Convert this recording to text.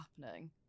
happening